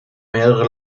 mehrere